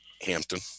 Hampton